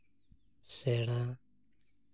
ᱥᱮᱬᱟ